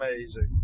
amazing